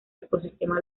ecosistema